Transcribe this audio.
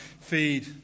Feed